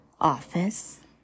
office